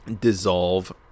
dissolve